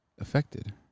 affected